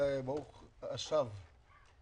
ברוך השב.